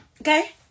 okay